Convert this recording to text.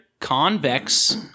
convex